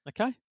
Okay